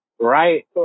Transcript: right